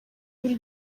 buri